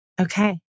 Okay